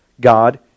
God